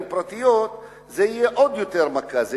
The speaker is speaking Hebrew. פרטיות זה יהיה מכה גדולה עוד יותר,